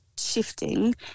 shifting